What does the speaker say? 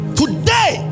today